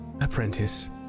Apprentice